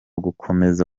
gukomeza